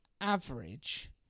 average